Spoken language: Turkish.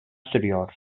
sürüyor